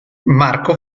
marco